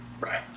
Right